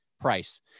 price